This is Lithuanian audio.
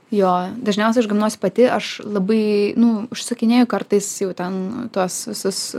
jo dažniausiai aš gaminuosi pati aš labai nu užsisakinėju kartais jau ten tuos visus